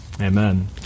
Amen